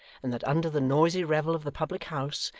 and that under the noisy revel of the public-house,